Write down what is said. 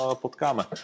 potkáme